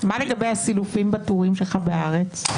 לגבי הסילופים בתיורים שלך בארץ?